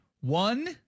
One